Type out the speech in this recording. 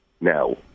now